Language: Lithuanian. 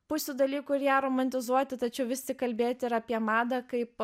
pusių dalykų ir ją romantizuoti tačiau vis tik kalbėti apie madą kaip